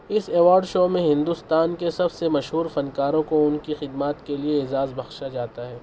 اس award show میں ہندوستان کے سب سے مشہور فنکاروں کو ان کی خدمات کے لیے اعزاز بخشا جاتا ہے